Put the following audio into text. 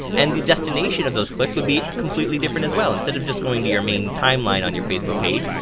and the destination of those clicks would be completely different as well, instead of just going to your main timeline on your facebook page,